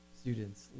students